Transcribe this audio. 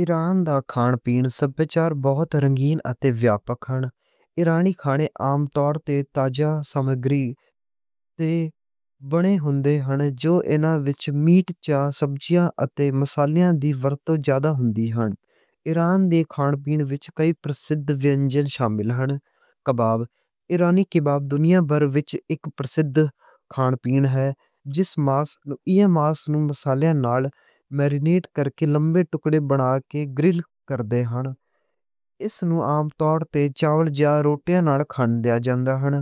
ایران دا کھان پین سبھی بہت رنگین اتے ویاپک ہن۔ ایرانی کھانے عام طور تے تازہ سمگری تے وڈے ہندے ہن۔ جو انہاں وچ میٹ تے سبزیاں اتے مسالیاں دی ورتوں جادا ہندی ہن۔ ایران دے کھان پین وچ کئی پرسد ونجن شامل ہن۔ لاواش، سنگک، بربری شامل ہن۔ ایرانی کباب دنیا بھر وچ اک پرسد کھان پین ہن۔ جس وچ ماس نوں مسالیاں نال میرینیٹ کرکے لمبے ٹکڑے بنا کے گرل کردے ہن۔ اس نوں عام طور تے چاول جاں روٹیاں نال کھان دیاں جاندا ہن۔